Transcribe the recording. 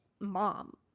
mom